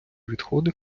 відходи